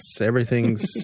Everything's